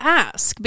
ask